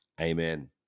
amen